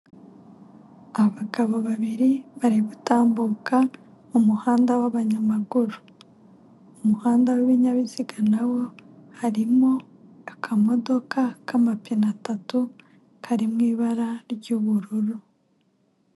Abagabo babiri bari gutambuka umuhanda w'abanyamaguru, umuhanda w'ibinyabiziga na wo harimo akamodoka k'amapine atatu kari mu ibara ry'ubururu.